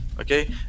okay